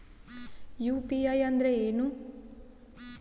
UPI ಅಂದ್ರೆ ಏನು?